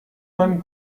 man